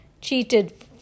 cheated